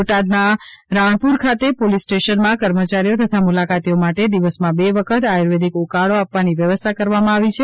બોટાદના રાણપુર ખાતે પોલીસ સ્ટેશનમાં કર્મચારીઓ તથા મુલાકાતીઓ માટે દિવસમાં બે વખત આયુર્વેદીક ઉકાળો આપવાની વ્યવસ્થા કરવામાં આવી છે